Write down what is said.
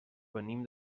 venim